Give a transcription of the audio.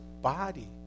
body